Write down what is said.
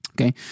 okay